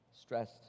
stressed